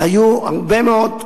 היו הרבה מאוד,